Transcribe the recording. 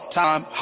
time